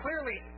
clearly